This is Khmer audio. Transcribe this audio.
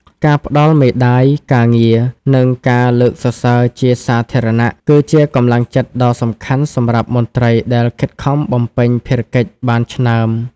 ការផ្តល់មេដាយការងារ និងការលើកសរសើរជាសាធារណៈ គឺជាកម្លាំងចិត្តដ៏សំខាន់សម្រាប់មន្ត្រីដែលខិតខំបំពេញភារកិច្ចបានឆ្នើម។